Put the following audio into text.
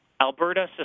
Alberta